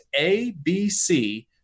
ABC